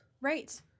Right